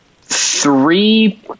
three